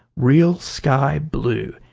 real sky-blue,